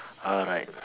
alright